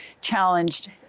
challenged